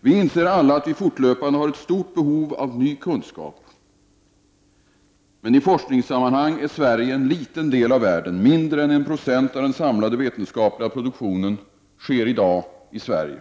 Vi inser alla att vi fortlöpande har ett stort behov av ny kunskap. Men i forskningssammanhang är Sverige en liten del av världen. Mindre än 1 96 av den samlade vetenskapliga produktionen sker i dag i Sverige.